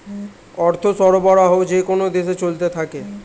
অর্থ সরবরাহ যেকোন দেশে চলতে থাকে